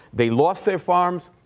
they lost their farms.